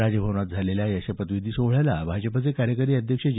राजभवन इथं झालेल्या या शपथविधी सोहळ्याला भाजपचे कार्यकारी अध्यक्ष जे